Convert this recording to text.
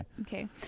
okay